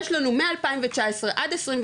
יש לנו מ-2019 עד 22,